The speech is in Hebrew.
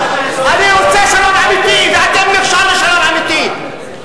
אני רוצה שלום אמיתי ואתם מכשול לשלום אמיתי.